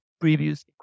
previous